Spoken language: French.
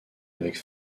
avec